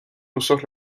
rusos